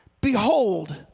behold